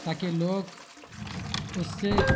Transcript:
تاکہ لوگ اس سے